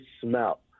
smell